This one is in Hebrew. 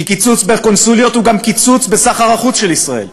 כי קיצוץ בקונסוליות הוא גם קיצוץ בסחר החוץ של ישראל,